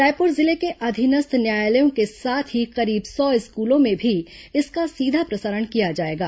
रायपुर जिले के अधीनस्थ न्यायालयों के साथ ही करीब सौ स्कुलों में भी इसका सीधा प्रसारण किया जाएगा